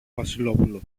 βασιλόπουλο